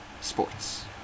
sports